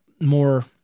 more